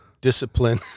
discipline